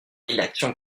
rédaction